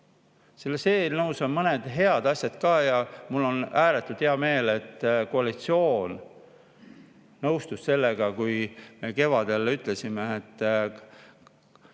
Selles eelnõus on mõned head asjad ka. Mul on ääretult hea meel, et koalitsioon nõustus sellega, mida me kevadel ütlesime, et